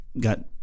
got